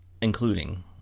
including